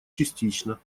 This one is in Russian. частично